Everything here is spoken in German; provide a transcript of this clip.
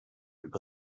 über